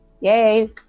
Yay